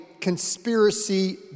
conspiracy